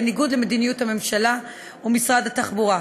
בניגוד למדיניות הממשלה ומשרד התחבורה.